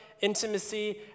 intimacy